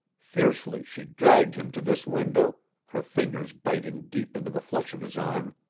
fiercely she dragged him to this window, her fingers biting deep into the flesh of his arm.